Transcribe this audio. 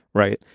right?